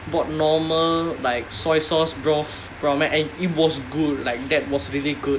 bought normal like soy sauce broth ramen and it was good like that was really good